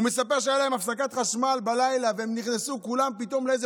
הוא מספר שהייתה להם הפסקת חשמל בלילה והם נכנסו כולם פתאום לאיזה